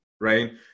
Right